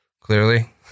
clearly